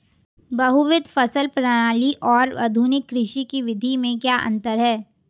बहुविध फसल प्रणाली और आधुनिक कृषि की विधि में क्या अंतर है?